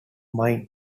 mind